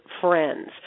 friends